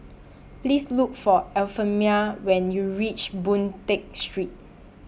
Please Look For Euphemia when YOU REACH Boon Tat Street